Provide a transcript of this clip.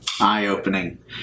eye-opening